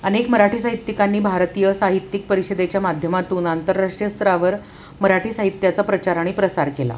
अनेक मराठी साहित्यिकांनी भारतीय साहित्यिक परिषदेच्या माध्यमातून आंतरराष्ट्रीय स्तरावर मराठी साहित्याचा प्रचार आणि प्रसार केला